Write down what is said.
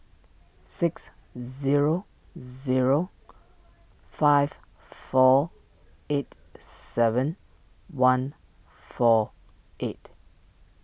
six zero zero five four eight seven one four eight